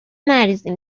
نریزیم